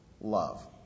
love